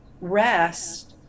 rest